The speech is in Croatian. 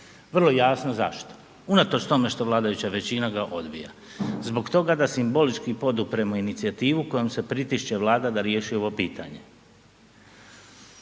Vrlo jasno zašto unatoč tome što vladajuća većina ga odbija. Zbog toga da simbolički podupremo inicijativu kojom se pritišće Vlada da riješi ovo pitanje.